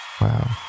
Wow